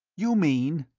you mean?